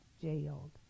jailed